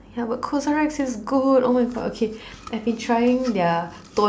ya but CosRX feels good oh my god okay I've been trying their